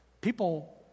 people